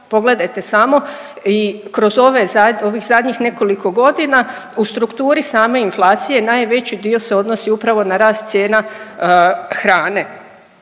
Pogledajte samo kroz ove, ovih zadnjih nekoliko godina u strukturi same inflacije najveći dio se odnosi upravo na rast cijena hrane